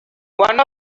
one